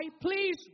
please